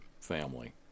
family